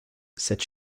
cette